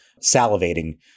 salivating